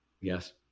Yes